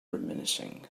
reminiscing